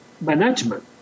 management